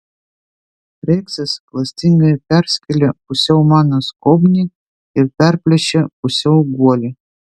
reksas klastingai perskėlė pusiau mano skobnį ir perplėšė pusiau guolį